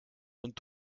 und